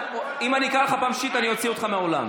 אם אני אקרא אותך פעם שלישית אני אוציא אותך מהאולם,